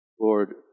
Lord